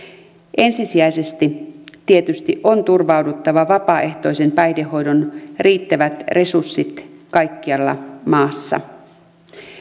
ensisijaisesti tietysti on turvattava vapaaehtoisen päihdehoidon riittävät resurssit kaikkialla maassa